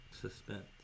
Suspended